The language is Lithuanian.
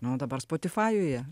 na o dabar spotifajuje